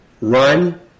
Run